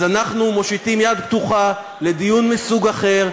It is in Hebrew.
אז אנחנו מושיטים יד פתוחה לדיון מסוג אחר,